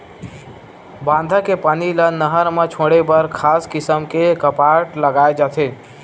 बांधा के पानी ल नहर म छोड़े बर खास किसम के कपाट लगाए जाथे